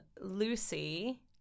Lucy